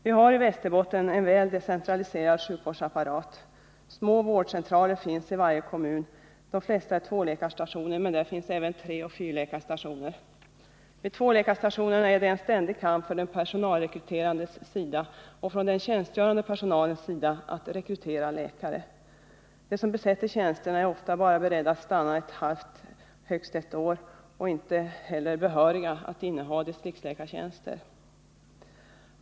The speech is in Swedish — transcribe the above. Vi har i Västerbotten en väl decentraliserad sjukvårdsapparat. Små vårdcentraler finns i varje kommun. De flesta är tvåläkarstationer, men där finns även treoch fyrläkarstationer. Vid tvåläkarstationerna är det en ständig kamp från de personalrekryterandes och från den tjänstgörande personalens sida att rekrytera läkare. De som besätter tjänsterna är ofta beredda att stanna bara ett halvt eller högst ett år, och de är inte heller behöriga att inneha distriktsläkartjänster.